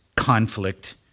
conflict